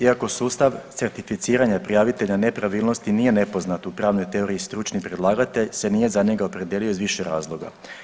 Iako sustav certificiranja prijavitelja nepravilnosti nije nepoznat u pravnoj teoriji stručni predlagatelj se nije za njega opredijelio iz više razloga.